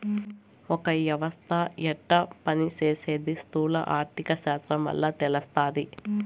ఒక యవస్త యెట్ట పని సేసీది స్థూల ఆర్థిక శాస్త్రం వల్ల తెలస్తాది